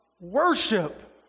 worship